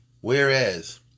whereas